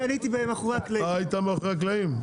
אני הייתי מאחורי הקלעים.